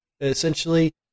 essentially